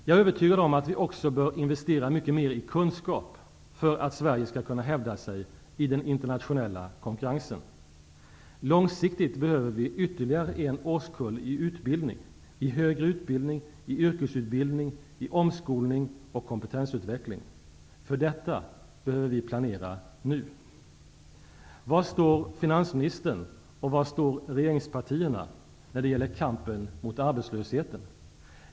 Jag är övertygad om att vi också bör investera mycket mer i kunskap för att Sverige skall kunna hävda sig i den internationella konkurrensen. Långsiktigt behöver vi ytterligare en årskull i utbildning, i högre utbildning, i yrkesutbildning, i omskolning och kompetensutveckling. För detta behöver vi planera nu. Var står finansministern och var står regeringspartierna när det gäller kampen mot arbetslösheten?